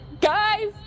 Guys